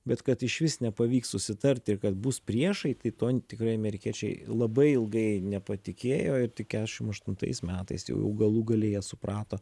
bet kad išvis nepavyks susitarti ir kad bus priešai tai to tikrai amerikiečiai labai ilgai nepatikėjo ir tik kedešim aštuntais metais jau galų gale jie suprato